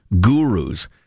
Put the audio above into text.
gurus